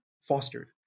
fostered